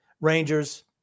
Rangers